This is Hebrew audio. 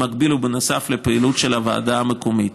במקביל ובנוסף לפעילות של הוועדה המקומית.